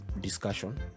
discussion